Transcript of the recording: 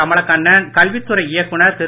கமலக்கண்ணன் கல்வித்துறைச் இயக்குநர் திரு